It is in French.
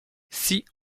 six